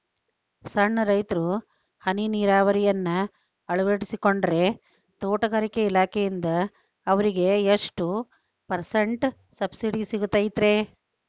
ಸಣ್ಣ ರೈತರು ಹನಿ ನೇರಾವರಿಯನ್ನ ಅಳವಡಿಸಿಕೊಂಡರೆ ತೋಟಗಾರಿಕೆ ಇಲಾಖೆಯಿಂದ ಅವರಿಗೆ ಎಷ್ಟು ಪರ್ಸೆಂಟ್ ಸಬ್ಸಿಡಿ ಸಿಗುತ್ತೈತರೇ?